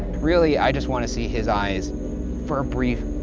really, i just wanna see his eyes for a brief,